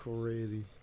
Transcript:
crazy